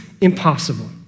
impossible